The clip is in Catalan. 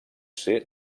ser